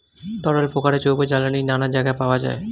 তরল প্রকারের জৈব জ্বালানি নানা জায়গায় পাওয়া যায়